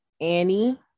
Annie